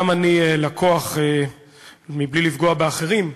גם אני לקוח די קבוע, בלי לפגוע באחרים,